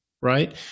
Right